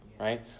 right